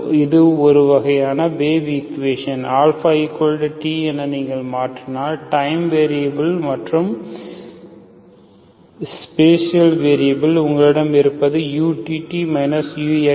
இது ஒரு வகையான வேவ் ஈக்குவேஷன் αt என நீங்கள் மாற்றினால் டைம் வேரியபில் மற்றும் ஸ்பேசியல் வேரியபில் உங்களிடம் இருப்பது utt uxx0